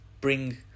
bring